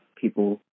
people